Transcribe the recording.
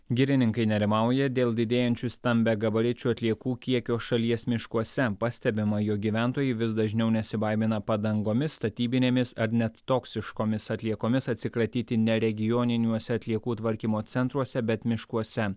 girininkai nerimauja dėl didėjančių stambiagabaričių atliekų kiekio šalies miškuose pastebima jog gyventojai vis dažniau nesibaimina padangomis statybinėmis ar net toksiškomis atliekomis atsikratyti ne regioniniuose atliekų tvarkymo centruose bet miškuose